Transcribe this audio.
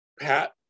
Pat